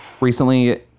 Recently